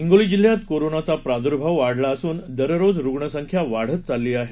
हिंगोली जिल्ह्यात कोरोनाचा प्रादूर्भाव वाढला असून दररोज रुग्णसंख्या वाढत चालली आहे